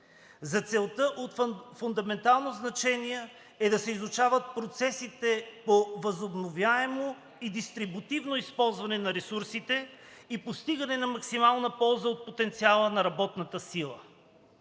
За целта от фундаментално значение е да се изучават процесите по възобновяемо и дистрибутивно използване на ресурсите и постигане на максимална полза от потенциала на работната сила.